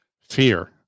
fear